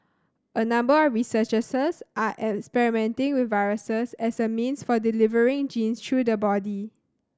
a number of researchers are all experimenting with viruses as a means for delivering genes through the body